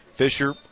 Fisher